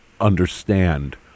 understand